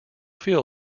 feel